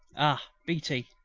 ah, beatty!